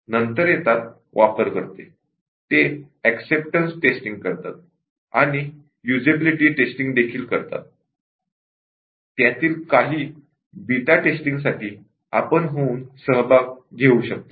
नंतर येतात यूजर्स ते एक्सेप्टन्स टेस्टिंग युजेबिलिटी टेस्टिंग करतात आणि त्यातील काही बीटा टेस्टिंगसाठी आपण होऊन सहभाग घेऊ शकतात